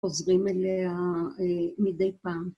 חוזרים אליה מדי פעם